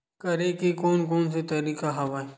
करे के कोन कोन से तरीका हवय?